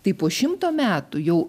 tai po šimto metų jau